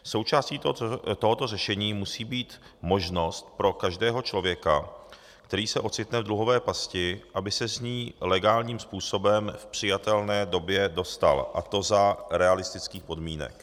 Součástí tohoto řešení musí být možnost pro každého člověka, který se ocitne v dluhové pasti, aby se z ní legálním způsobem v přijatelné době dostal, a to za realistických podmínek.